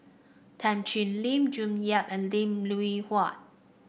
Tan Thoon Lip June Yap and Lim Hwee Hua